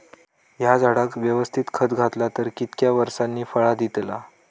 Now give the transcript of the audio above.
हया झाडाक यवस्तित खत घातला तर कितक्या वरसांनी फळा दीताला?